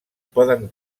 poden